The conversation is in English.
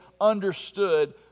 understood